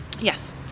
Yes